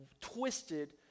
twisted